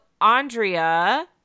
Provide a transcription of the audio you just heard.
andrea